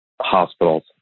hospitals